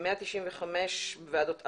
195 דיונים בוועדות ערר.